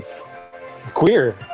queer